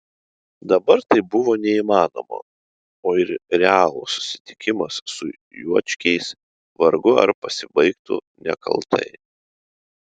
dabar tai buvo neįmanoma o ir realus susitikimas su juočkiais vargu ar pasibaigtų nekaltai